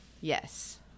yes